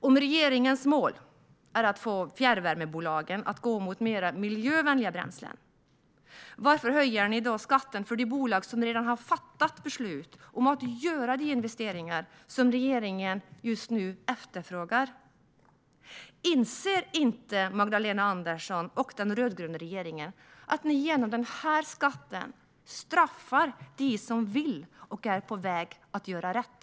Om regeringens mål är att få fjärrvärmebolagen att gå mot att använda mer miljövänliga bränslen, varför höjer man då skatten för de bolag som redan har fattat beslut om att göra de investeringar som regeringen just nu efterfrågar? Inser inte Magdalena Andersson och den rödgröna regeringen att man genom den här skatten straffar dem som vill och är på väg att göra rätt?